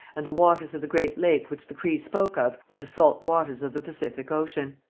and the waters of the great lake which the crees spoke of were the salt waters of the pacific ocean.